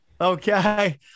okay